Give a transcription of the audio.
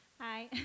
Hi